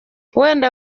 wenda